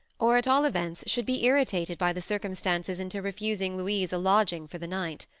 or at all events should be irritated by the circumstances into refusing louise a lodging for the night.